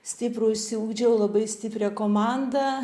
stiprų išsiugdžiau labai stiprią komandą